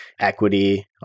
equity